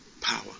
power